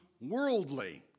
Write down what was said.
worldly